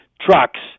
trucks